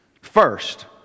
First